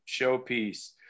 showpiece